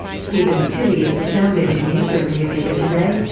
stephen tilley is the sound engineer for rear vision today.